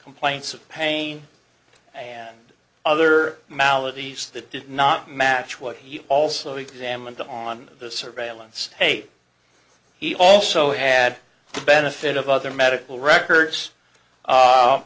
complaints of pain and other maladies that did not match what he also examined on the surveillance tape he also had the benefit of other medical records